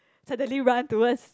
suddenly run towards